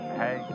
hey